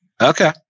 Okay